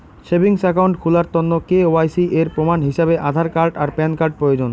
savings account খুলার তন্ন KYC এর প্রমাণ হিছাবে আধার আর প্যান কার্ড প্রয়োজন